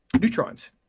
neutrons